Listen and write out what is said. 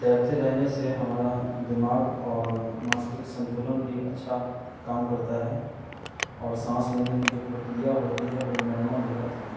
तैरते रहने से हमारा दिमाग़ और मानसिक संतुलन भी अच्छा काम करता है और साँस लेने की जो प्रक्रिया होती है वो नॉर्मल हो जाती है